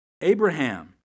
Abraham